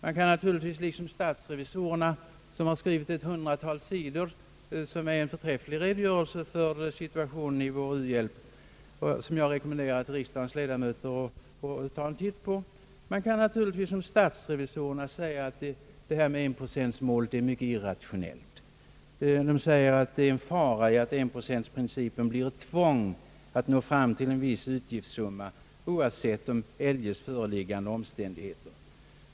Man kan naturligtvis liksom statsrevisorerna — som har lämnat en förträfflig redogörelse för situationen beträffande vår u-hjälp på ett hundratal sidor, och jag rekommenderar riksdagens ledamöter att läsa igenom vad de skrivit — säga att enprocentsmålet är mycket irrationellt och att det ligger en fara i att enprocentsmålet blir ett tvång att nå fram till en viss utgiftssumma oavsett eljest föreliggande omständigheter.